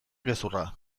gezurra